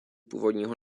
původního